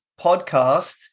podcast